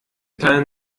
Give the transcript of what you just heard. teilen